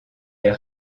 est